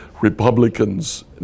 Republicans